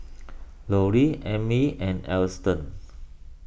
Lollie Emmy and Alston